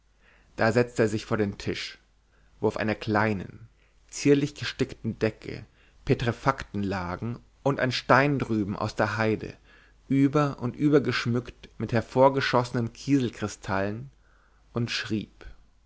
da setzte er sich vor den tisch wo auf einer kleinen zierlich gestickten decke petrefakten lagen und ein stein drüben aus der heide über und über geschmückt mit hervorgeschossenen kieselkristallen und schrieb